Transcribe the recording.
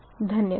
धन्यवाद